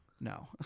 No